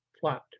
flat